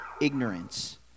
ignorance